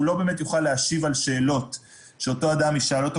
הוא לא באמת יוכל להשיב על שאלות שאותו אדם ישאל אותו,